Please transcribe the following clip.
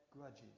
grudges